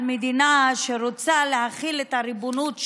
מדינה שרוצה להחיל את הריבונות שלה,